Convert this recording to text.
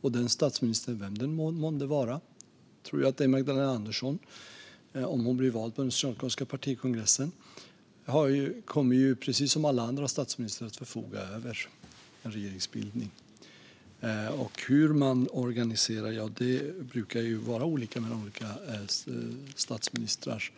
Och denna statsminister, vem det än månde vara - jag tror att det är Magdalena Andersson om hon blir vald på den socialdemokratiska partikongressen - kommer precis som alla andra statsministrar att förfoga över regeringsbildningen. Hur man organiserar regeringsbildningen brukar vara lite olika mellan olika statsministrar.